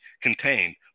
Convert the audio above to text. contained